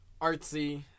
artsy